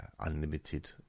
unlimited